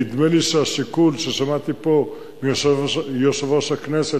נדמה לי שהשיקול ששמעתי פה מיושב-ראש הכנסת,